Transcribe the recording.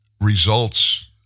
results